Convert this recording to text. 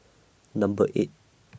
Number eight